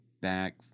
back